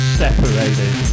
separated